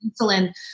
insulin